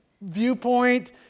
viewpoint